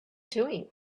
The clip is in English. doing